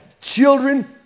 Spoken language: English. Children